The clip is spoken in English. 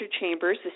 Chambers